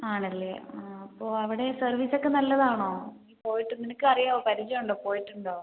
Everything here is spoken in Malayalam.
ആണല്ലേ ആ അപ്പോൾ അവിടെ സർവീസൊക്കെ നല്ലതാണോ നീ പോയിട്ട് നിനക്ക് അറിയാവോ പരിചയമുണ്ടോ പോയിട്ടുണ്ടോ